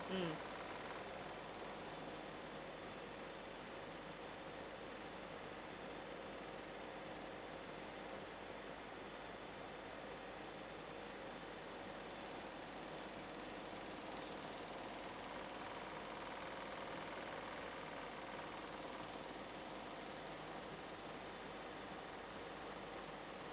mm